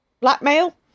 blackmail